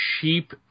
cheap